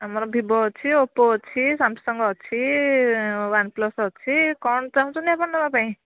ଆମର ଭିବୋ ଅଛି ଓପୋ ଅଛି ସାମସଙ୍ଗ୍ ଅଛି ୱାନ୍ ପ୍ଲସ୍ ଅଛି କ'ଣ ଚାହୁଁଛନ୍ତି ଆପଣ ନେବା ପାଇଁ